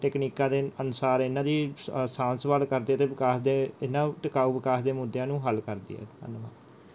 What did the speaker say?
ਤਕਨੀਕਾਂ ਦੇ ਅਨੁਸਾਰ ਇਨ੍ਹਾਂ ਦੀ ਸਾਂਭ ਸਾਂਭ ਸੰਭਾਲ ਕਰਦੇ ਅਤੇ ਵਿਕਾਸ ਦੇ ਇਨ੍ਹਾਂ ਟਿਕਾਊ ਵਿਕਾਸ ਦੇ ਮੁੱਦਿਆਂ ਨੂੰ ਹੱਲ ਕਰਦੀ ਹੈ ਧੰਨਵਾਦ